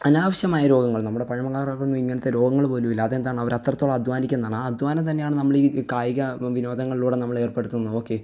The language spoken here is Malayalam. അനാവശ്യമായ രോഗങ്ങള് നമ്മുടെ പഴമങ്ങാര്ക്കാർക്കൊന്നും ഇങ്ങനത്തെ രോഗങ്ങള് പോലുവില്ല അതെന്താണ് അവര് അത്രത്തോളം അധ്വാനിക്കുന്നതാണ് ആ അധ്വാനം തന്നെയാണ് നമ്മൾ ഈ കായിക വ വിനോദങ്ങളിലൂടെ നമ്മൾ ഏർപ്പെടുത്തുന്നത് ഓക്കെ